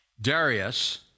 Darius